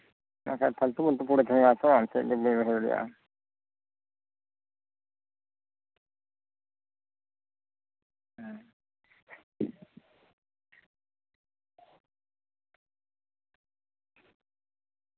ᱪᱮᱫᱟᱜ ᱥᱮ ᱯᱷᱟᱞᱛᱩ ᱯᱷᱟᱞᱛᱩ ᱜᱮ ᱯᱚᱲᱮ ᱛᱟᱦᱮᱱ ᱠᱟᱱᱟ ᱛᱚ ᱱᱤᱛᱳᱜ ᱡᱩᱫᱤ ᱵᱟᱹᱧ ᱨᱚᱦᱚᱭ ᱞᱮᱠᱷᱟᱱ ᱦᱩᱸ